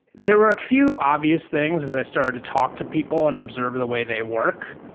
there were a few obvious things as i started to talk to people and observe the way they work,